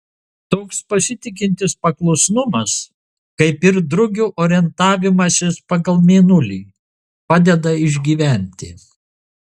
toks pasitikintis paklusnumas kaip ir drugio orientavimasis pagal mėnulį padeda išgyventi